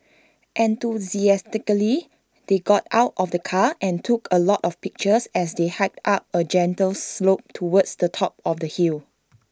enthusiastically they got out of the car and took A lot of pictures as they hiked up A gentle slope towards the top of the hill